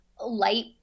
light